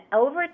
over